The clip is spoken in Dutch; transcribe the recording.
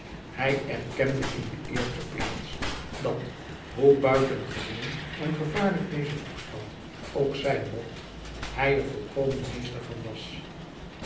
hij erkende in de eerste plaats dat hoe buitengewoon en gevaarlijk deze toestand ook zijn mocht hij er volkomen meester van was